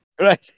Right